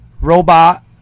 robot